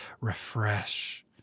refresh